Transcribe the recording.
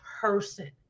person